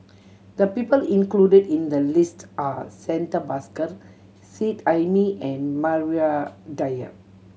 the people included in the list are Santha Bhaskar Seet Ai Mee and Maria Dyer